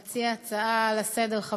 מציע ההצעה לסדר-היום,